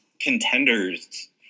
contenders